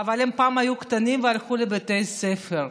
אבל פעם הם היו קטנים והלכו לבית הספר.